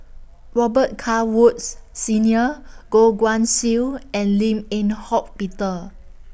Robet Carr Woods Senior Goh Guan Siew and Lim Eng Hock Peter